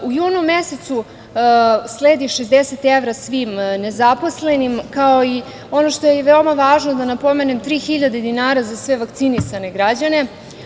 U junu mesecu sledi 60 evra svim nezaposlenim, kao i ono što je veoma važno da napomenem, 3.000 dinara za sve vakcinisane građane.